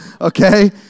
Okay